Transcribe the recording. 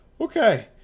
Okay